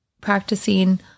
practicing